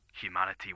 humanity